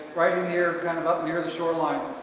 right in here kind of up near the shoreline.